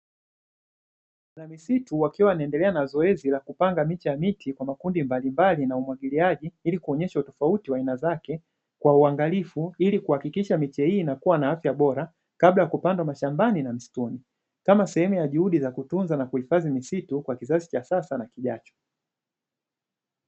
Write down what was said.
Watunza misitu wakiwa wanaendelea na zoezi la kupanga miche ya miti kwa makundi mbalimbali na umwagiliaji, ili kuonyesha utofauti wa aina zake kwa uangalifu ili kuhakikisha miche hii inakuwa na afya bora kabla ya kupanda mashambani na msituni. Kama sehemu ya juhudi za kutunza na kuhifadhi misitu kwa kizazi cha sasa na kijacho.